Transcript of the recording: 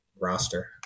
roster